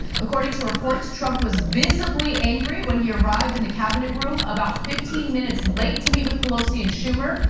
according to reports, trump was visibly angry when he arrived in the cabinet room, about fifteen minutes late to meet with pelosi and schumer.